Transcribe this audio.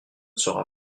sera